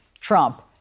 trump